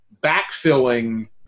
backfilling